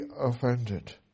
offended